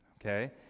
okay